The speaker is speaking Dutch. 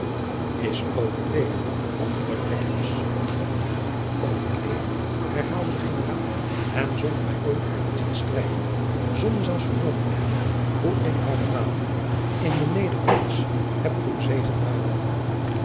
is overleden antwoordde pekkius overleden herhaalde de generaal en zonjacob van lennep de pleegzoon der mij ooit te hebben zien strijden zonder zelfs vernomen te hebben hoe ik hare wapenen in den neder paltz heb